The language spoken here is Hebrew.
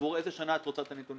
עבור איזה שנה את רוצה את הנתונים?